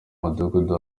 mudugudu